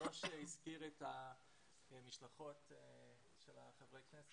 ג'וש הזכיר את המשלחות של חברי הכנסת.